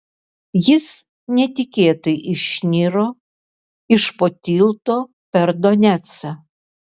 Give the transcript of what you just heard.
jis netikėtai išniro iš po tilto per donecą